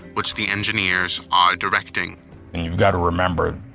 which the engineers are directing. and you've got to remember,